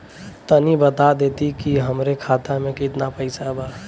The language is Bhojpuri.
तनि बता देती की हमरे खाता में कितना पैसा बा?